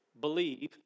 believe